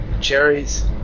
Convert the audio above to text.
cherries